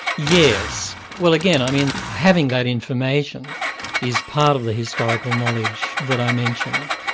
yes. well again, i mean having that information is part of the historical knowledge that i mentioned.